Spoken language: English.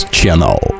Channel